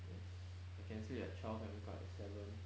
yes I can sleep at twelve and wake up at seven